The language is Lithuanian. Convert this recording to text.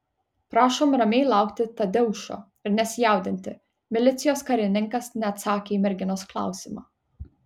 prašom ramiai laukti tadeušo ir nesijaudinti milicijos karininkas neatsakė į merginos klausimą